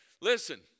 listen